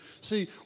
See